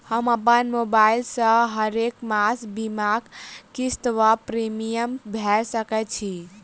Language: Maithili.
हम अप्पन मोबाइल सँ हरेक मास बीमाक किस्त वा प्रिमियम भैर सकैत छी?